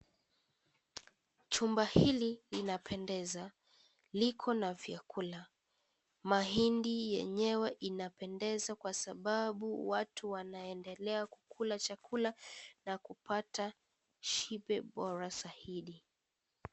Chumba hili linapendeza liko na vyakula, mahindi yenyewe inapendeza kwa sababu watu wanaendelea kulula chakula na kupata shibe bora zaidi.